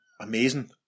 amazing